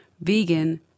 vegan